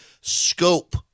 scope